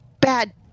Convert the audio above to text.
bad